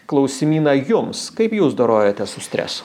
klausimyną jums kaip jūs dorojatės su stresu